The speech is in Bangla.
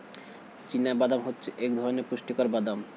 চীনা বাদাম হচ্ছে এক ধরণের পুষ্টিকর বাদাম